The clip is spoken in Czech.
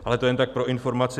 Ale to jen tak pro informaci.